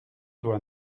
doit